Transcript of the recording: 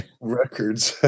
records